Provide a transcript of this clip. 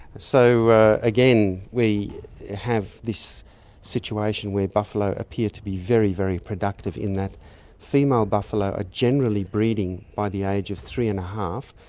so again, we have this situation where buffalo appear to be very, very productive in that female buffalo are generally breeding by the age of three and a half,